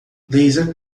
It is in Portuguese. laser